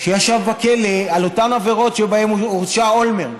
שישב בכלא על אותן עבירות שבהן הורשע אולמרט.